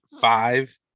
Five